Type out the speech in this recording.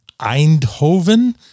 Eindhoven